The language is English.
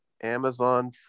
Amazon